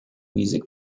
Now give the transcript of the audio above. music